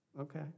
Okay